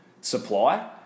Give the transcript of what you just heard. supply